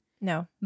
No